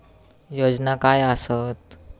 योजना काय आसत?